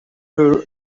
pure